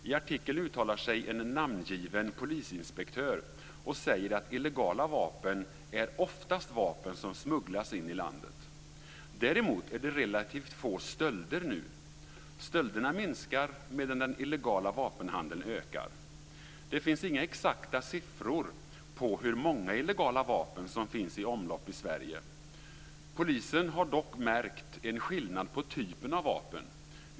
I artikeln uttalar sig en namngiven polisinspektör, och han säger att illegala vapen oftast är vapen som smugglats in i landet. "Däremot är det relativt få stölder nu. Stölderna minskar, medan den illegala vapenhandeln ökar." Det finns inga exakta siffror på hur många illegala vapen som finns i omlopp i Sverige. Polisen har dock märkt en skillnad på typen av vapen.